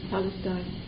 Palestine